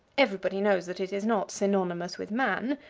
everybody knows that it is not synonymous with man,